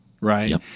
right